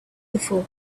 before